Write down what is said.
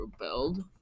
rebelled